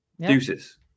deuces